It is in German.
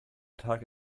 tag